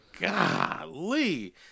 golly